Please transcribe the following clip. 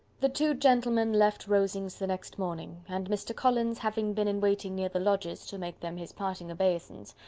the two gentlemen left rosings the next morning, and mr. collins having been in waiting near the lodges, to make them his parting obeisance,